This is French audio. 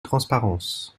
transparence